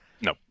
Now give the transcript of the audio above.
No